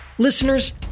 Listeners